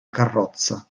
carrozza